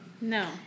No